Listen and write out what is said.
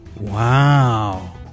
Wow